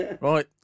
Right